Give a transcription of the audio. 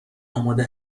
آماده